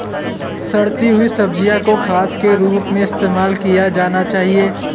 सड़ती हुई सब्जियां को खाद के रूप में इस्तेमाल किया जाना चाहिए